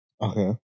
Okay